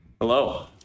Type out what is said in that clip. Hello